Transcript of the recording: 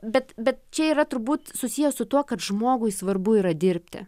bet bet čia yra turbūt susiję su tuo kad žmogui svarbu yra dirbti